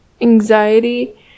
anxiety